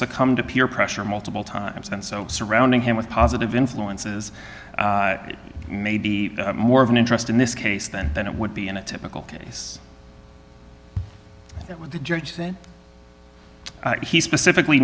succumbed to peer pressure multiple times and so surrounding him with positive influences that may be more of an interest in this case than than it would be in a typical case with the judge that he specifically